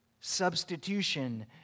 substitution